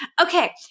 Okay